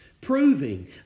proving